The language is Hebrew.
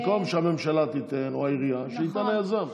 במקום שהממשלה תיתן, או העירייה, שייתן היזם.